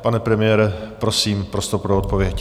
Pane premiére, prosím, prostor pro odpověď.